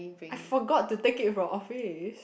I forgot to take it from office